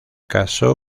casó